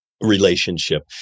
relationship